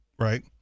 right